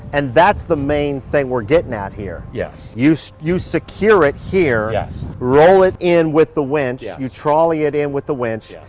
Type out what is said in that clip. and that's the main thing we're getting at here. yeah you so you secure it here, yeah roll it in with the winch, yeah you trolley it in with the winch,